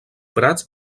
prats